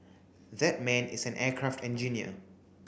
that man is an aircraft engineer